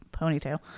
ponytail